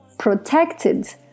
protected